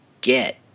get